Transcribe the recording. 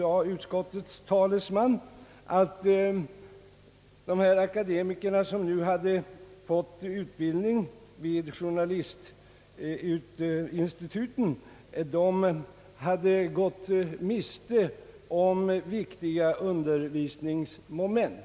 Utskottets talesman anförde vidare att de akademiker, som hittills har fått utbildning vid journalistinstituten, hade gått miste om viktiga undervisningsmo ment.